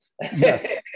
Yes